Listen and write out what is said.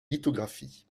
lithographies